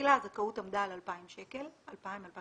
מלכתחילה הזכאות עמדה על 2,000 שקלים, 2,500-2,000